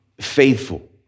faithful